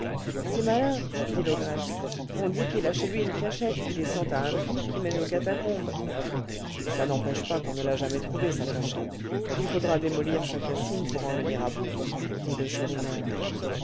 c'est malin dit l'ogresse on dit qu'il a chez lui une cachette qui descend à un puits qui mène aux catacombes ça n'empêche pas qu'on ne l'a jamais trouvée sa cachette il faudra démolir sa cassine pour en venir à bout dit le